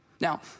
Now